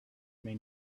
may